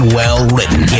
well-written